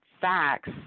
facts